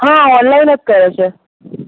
હા ઓનલાઇન જ કરે છે